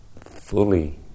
fully